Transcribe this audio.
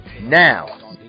Now